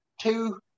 two